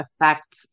affect